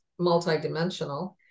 multidimensional